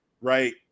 right